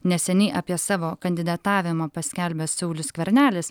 neseniai apie savo kandidatavimą paskelbęs saulius skvernelis